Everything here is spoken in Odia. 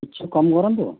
କିଛି କମ୍ କରନ୍ତୁ